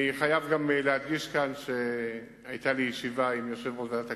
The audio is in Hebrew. אני חייב גם להדגיש כאן שהיתה לי ישיבה עם יושב-ראש ועדת הכספים,